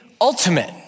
ultimate